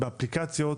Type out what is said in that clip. באפליקציות,